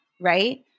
right